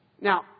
Now